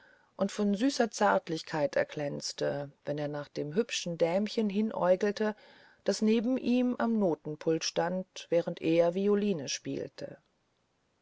und von süßer zärtlichkeit erglänzte wenn er nach dem hübschen dämchen hinäugelte das neben ihm am notenpult stand während er violine spielte